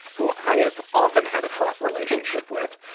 who i have often had a fraught relationship with,